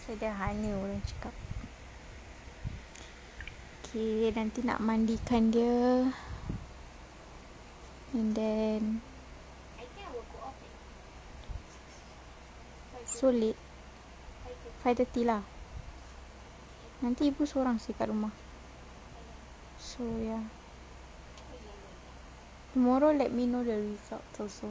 sederhana orang cakap okay nanti nak mandikan dia and then so late five thirty lah nanti ibu sorang seh kat rumah so ya tomorrow let me know the results also